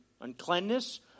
uncleanness